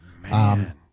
Man